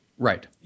Right